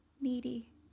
needy